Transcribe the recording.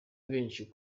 benshi